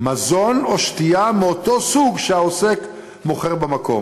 מזון או שתייה, מאותו סוג שהעוסק מוכר במקום,